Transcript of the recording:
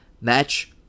match